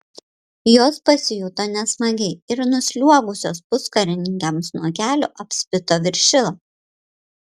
jos pasijuto nesmagiai ir nusliuogusios puskarininkiams nuo kelių apspito viršilą